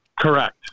correct